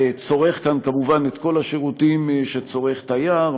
צורך כאן כמובן את כל השירותים שצורך תייר,